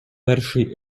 перший